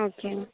okay